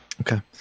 Okay